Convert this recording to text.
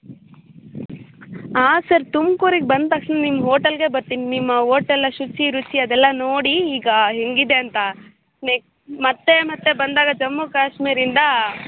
ಆ ಸರ್ ತುಮಕೂರಿಗೆ ಬಂದ ತಕ್ಷಣ ನಿಮ್ಮ ಹೋಟೆಲ್ಗೆ ಬರ್ತೀನಿ ನಿಮ್ಮ ಹೋಟೆಲ್ನ ಶುಚಿ ರುಚಿ ಅದೆಲ್ಲ ನೋಡಿ ಈಗ ಹೇಗಿದೆ ಅಂತ ನೆಕ್ಸ್ ಮತ್ತೆ ಮತ್ತೆ ಬಂದಾಗ ಜಮ್ಮು ಕಾಶ್ಮೀರಿಂದ